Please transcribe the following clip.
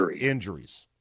injuries